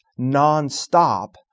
nonstop